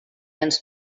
ens